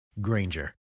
Granger